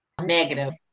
negative